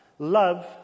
Love